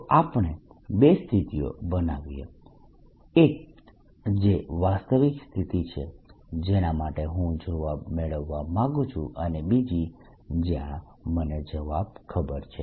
તો આપણે બે સ્થિતિઓ બનાવીએ એક જે વાસ્તવિક સ્થિતિ છે જેના માટે હું જવાબ મેળવવા માંગું છું અને બીજી જ્યાં મને જવાબ ખબર છે